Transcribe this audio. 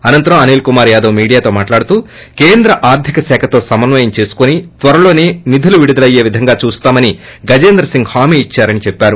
అనంతరం అనిల్ కుమార్ మీడియాతో మాట్లాడుతూ కేంద్ర ఆర్గికశాఖతో సమన్వయం చేసుకొని త్వరలోనే నిధులు విడుదలయ్యేలా చూస్తామని గజేంద్రసింగ్ హామీ ఇద్సారని చెప్పారు